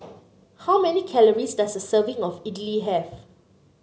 how many calories does a serving of idly have